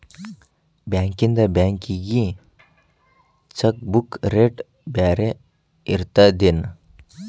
ಬಾಂಕ್ಯಿಂದ ಬ್ಯಾಂಕಿಗಿ cheque book rate ಬ್ಯಾರೆ ಇರ್ತದೇನ್